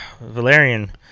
Valerian